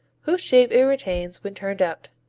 whose shape it retains when turned out.